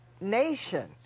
nation